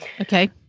Okay